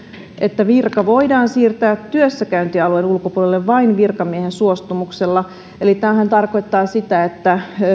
että virka voidaan siirtää työssäkäyntialueen ulkopuolelle vain virkamiehen suostumuksella eli tämähän tarkoittaa sitä että